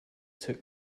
took